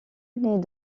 naît